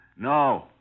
No